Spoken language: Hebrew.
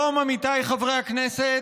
כי היום, עמיתיי חברי הכנסת,